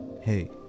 Hey